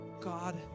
God